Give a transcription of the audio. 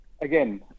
Again